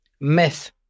myth